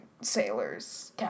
sailors